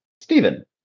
Stephen